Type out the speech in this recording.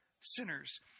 sinners